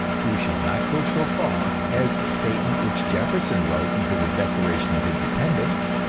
we shall not go so far as the statement which jefferson wrote into the declaration of independence,